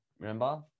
Remember